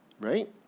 Right